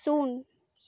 ᱥᱩᱱ